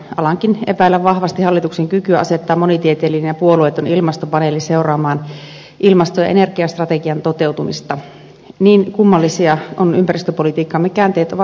alankin epäillä vahvasti hallituksen kykyä asettaa monitieteellinen ja puolueeton ilmastopaneeli seuraamaan ilmasto ja energiastrategian toteutumista niin kummallisia ympäristöpolitiikkamme käänteet ovat olleet